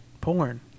porn